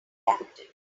captain